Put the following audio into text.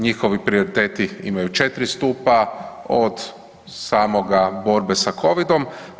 Njihovi prioriteti imaju 4 stupa od samoga borbe sa Covid-om.